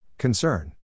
Concern